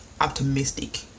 optimistic